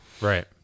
Right